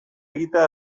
egitea